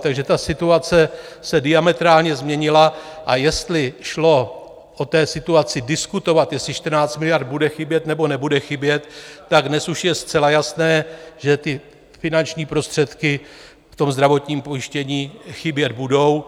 Takže ta situace se diametrálně změnila, a jestli šlo o situaci té diskutovat, jestli 14 miliard bude chybět, nebo nebude chybět, tak dnes už je zcela jasné, že ty finanční prostředky ve zdravotním pojištění chybět budou.